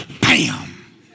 Bam